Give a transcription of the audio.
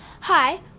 Hi